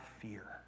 fear